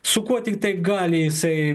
su kuo tik tai gali jisai